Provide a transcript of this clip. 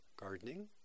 gardening